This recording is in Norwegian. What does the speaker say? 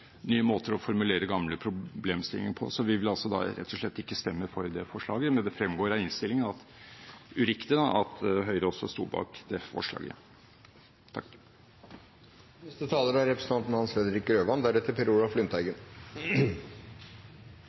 nye ting og nye måter å formulere gamle problemstillinger på. Vi vil rett og slett ikke stemme for dette forslaget til vedtak, men det fremgår av innstillingen – da uriktig – at også Høyre står bak det. Saken om salg av brukt og utrangert forsvarsmateriell har reist en rekke sentrale spørsmål om håndteringen er